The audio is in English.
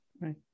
Right